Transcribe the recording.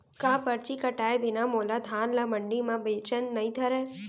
का परची कटाय बिना मोला धान ल मंडी म बेचन नई धरय?